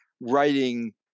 writing